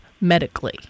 medically